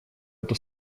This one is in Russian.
эту